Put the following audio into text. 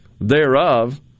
thereof